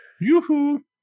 Yoo-hoo